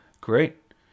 Great